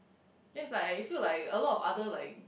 that is like I feel like a lot of other like